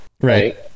Right